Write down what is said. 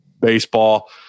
baseball